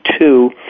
two